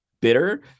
bitter